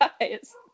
guys